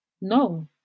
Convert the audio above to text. No